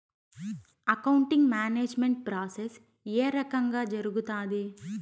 accounting management process ఏ రకంగా జరుగుతాది